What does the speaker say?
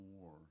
more